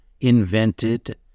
invented